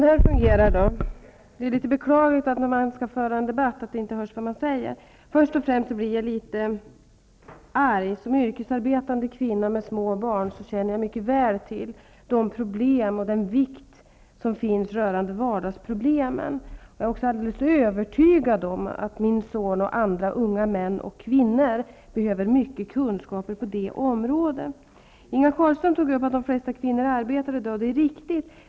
Herr talman! Först och främst blir jag litet arg. Som yrkesarbetande kvinna med små barn känner jag mycket väl till vilken vikt vardagsproblemen har. Jag är också alldeles övertygad om att min son och andra unga män och kvinnor behöver mycket kunskap på det området. Marianne Carlström tog upp det förhållandet att i dag arbetar de flesta kvinnor. Det är riktigt.